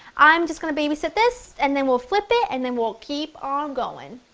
i'm just going to babysit this and then we'll flip it and then we'll keep on going.